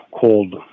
cold